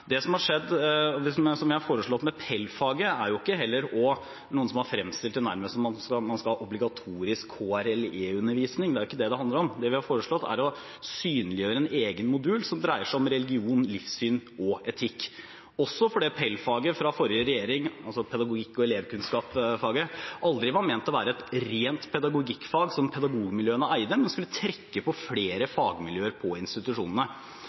Det er noen som har fremstilt PEL-faget nærmest som at man skal ha obligatorisk KRLE-undervisning, men det er jo ikke det det handler om. Det vi har foreslått, er å synliggjøre en egen modul som dreier seg om religion, livssyn og etikk, også fordi PEL-faget fra forrige regjering, altså pedagogikk og elevkunnskap, aldri var ment å være et rent pedagogikkfag som pedagogmiljøene eide – man skulle trekke på flere fagmiljøer på institusjonene.